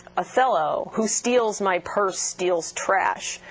othello, who steals my purse, steals trash,